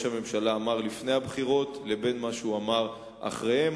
הממשלה אמר לפני הבחירות לבין מה שהוא אמר אחריהן.